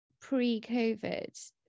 pre-COVID